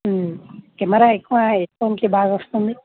camera ఎక్కువ ఎటు నుంచి బాగా వస్తుంది